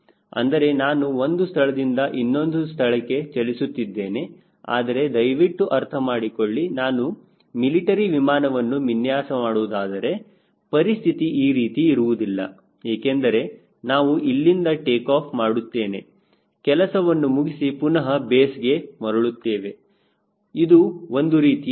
ಅಂದರೆ ನಾನು ಒಂದು ಸ್ಥಳದಿಂದ ಇನ್ನೊಂದು ಸ್ಥಳಕ್ಕೆ ಚಲಿಸುತ್ತಿದ್ದೇನೆ ಆದರೆ ದಯವಿಟ್ಟು ಅರ್ಥ ಮಾಡಿಕೊಳ್ಳಿ ನಾನು ಮಿಲಿಟರಿ ವಿಮಾನವನ್ನು ವಿನ್ಯಾಸ ಮಾಡುವುದಾದರೆ ಪರಿಸ್ಥಿತಿ ಈ ರೀತಿ ಇರುವುದಿಲ್ಲ ಏಕೆಂದರೆ ನಾವು ಇಲ್ಲಿಂದ ಟೇಕಾಫ್ ಮಾಡುತ್ತೇನೆ ಕೆಲಸವನ್ನು ಮುಗಿಸಿ ಪುನಹ ಬೇಸ್ಗೆ ಮರಳುತ್ತೇವೆ ಇದು ಒಂದು ರೀತಿಯ ಸಾಧ್ಯತೆ